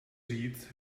říct